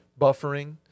buffering